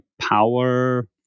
power